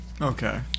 Okay